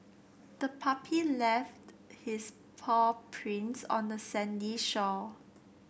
the puppy left his paw prints on the sandy shore